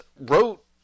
wrote